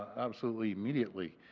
absolutely, immediately.